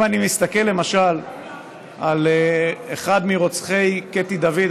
אם אני מסתכל למשל על אחד מרוצחי קטי דוד,